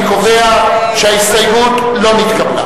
אני קובע שההסתייגות לא נתקבלה.